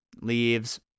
Leaves